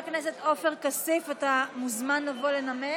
13 בעד, 51 נגד.